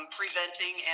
preventing